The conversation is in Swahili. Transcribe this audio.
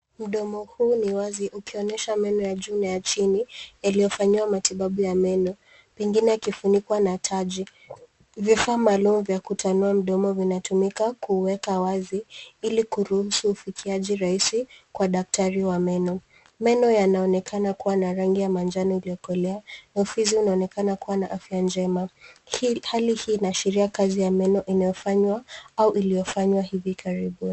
Mdomo huu ni wazi ukionyesha meno ya juu na ya chini yaliyofanyiwa matibabu ya meno, pengine yakifunikwa na taji. Vifaa maalum vya kutanua mdomo vinatumika kuuweka wazi ili kuruhusu ufikiaji rahisi kwa daktari wa meno. Meno yanaonekana kuwa na rangi ya manjano iliyokolea na ufizi unaonekana kuwa na afya njema. Hali hii inaashiria kazi ya meno inayofanywa au iliyofanya hivi karibuni.